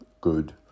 good